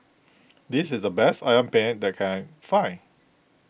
this is the best Ayam Penyet that I can find